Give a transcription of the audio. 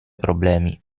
problemi